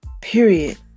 Period